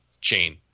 chain